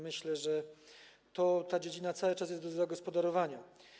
Myślę, że ta dziedzina cały czas jest do zagospodarowania.